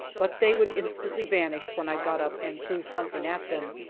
but they would instantly vanish when i got up and threw something at them.